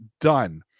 done